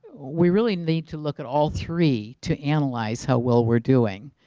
we really need to look at all three to analyze how well we are doing.